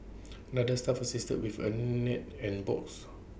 another staff assisted with A net and box